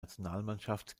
nationalmannschaft